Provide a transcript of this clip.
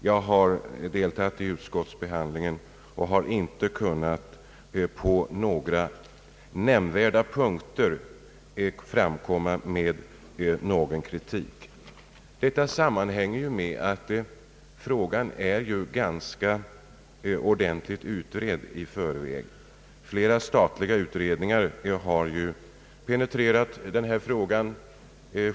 Jag har deltagit i utskottsbehandlingen och har inte på några nämnvärda punkter kunnat framkomma med någon kritik. Detta sammanhänger med att frågan är ganska ordentligt utredd i förväg. Flera statliga utredningar har penetrerat frågan.